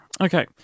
Okay